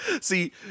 see